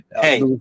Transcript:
Hey